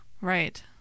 Right